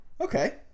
Okay